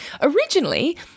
Originally